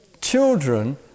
children